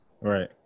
Right